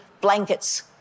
blankets